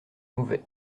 mauvais